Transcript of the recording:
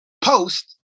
post